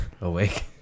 awake